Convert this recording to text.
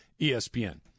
ESPN